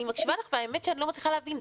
מקשיבה לך ואני לא מצליחה להבין.